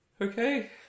Okay